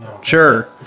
Sure